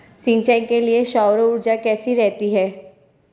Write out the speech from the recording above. सिंचाई के लिए सौर ऊर्जा कैसी रहती है?